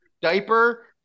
Diaper